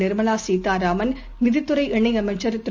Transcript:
நிர்மலாசீதாராமள் நிதித்துறை இணையமைச்சர் திரு